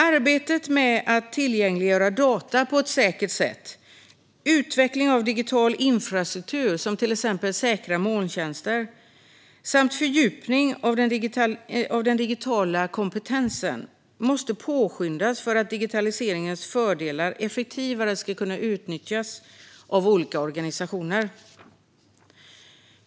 Arbetet med att tillgängliggöra data på ett säkert sätt, utvecklingen av digital infrastruktur, som säkra molntjänster, och fördjupningen av den digitala kompetensen måste påskyndas för att digitaliseringens fördelar ska kunna utnyttjas mer effektivt av olika organisationer.